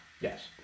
yes